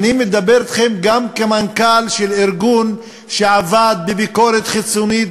אני מדבר אתכם גם כמנכ"ל של ארגון שעבד בביקורת חיצונית,